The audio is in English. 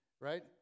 right